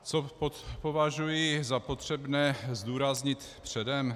Co považuji za potřebné zdůraznit předem?